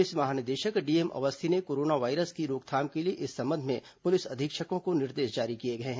police महानिदेशक DM Awasthi ने corona virus की रोकथाम के लिए इस संबंध में पुलिस अधीक्षकों को निर्देश जारी किए हैं